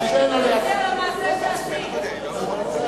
על המעשה שעשית.